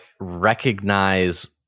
recognize